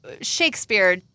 Shakespeare